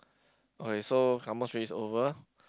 okay so kampung spirit race over